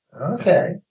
Okay